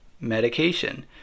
medication